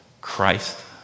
Christ